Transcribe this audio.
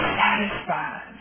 satisfied